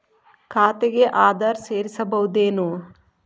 ಖಾತೆಗೆ ಆಧಾರ್ ಸೇರಿಸಬಹುದೇನೂ?